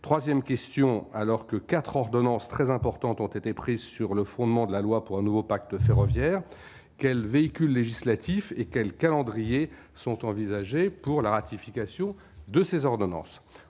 3ème question alors que 4 ordonnances très importantes ont été prises sur le fondement de la loi pour un nouveau pacte ferroviaire quel véhicule législatif et quel calendrier sont envisagées pour la ratification de ces ordonnances